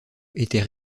étaient